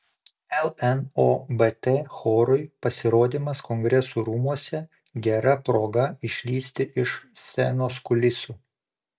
lnobt chorui pasirodymas kongresų rūmuose gera proga išlįsti iš scenos kulisų